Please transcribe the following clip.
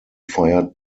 fired